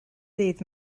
ddydd